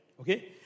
Okay